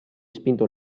spinto